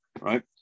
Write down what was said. right